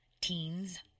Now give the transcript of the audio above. Teens